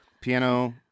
Piano